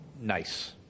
nice